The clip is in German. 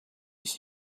ist